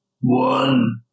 one